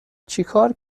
چیکار